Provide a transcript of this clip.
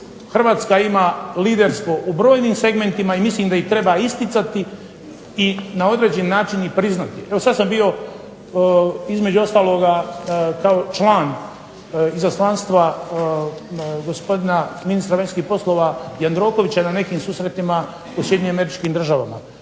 Hrvatska ima liderstvo u brojnim segmentima i mislim da ih treba isticati i na određeni način i priznati. Evo sad sam bio između ostaloga kao član Izaslanstva gospodina ministra vanjskih poslova Jandrokovića na nekim susretima u Sjedinjenim Američkim Državama